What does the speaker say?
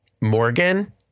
Morgan